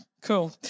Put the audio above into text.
Cool